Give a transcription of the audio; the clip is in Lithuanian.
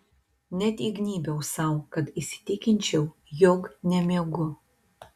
net įgnybiau sau kad įsitikinčiau jog nemiegu